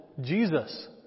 Jesus